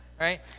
Right